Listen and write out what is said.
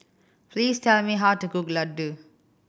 please tell me how to cook laddu